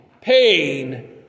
pain